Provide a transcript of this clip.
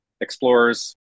explorers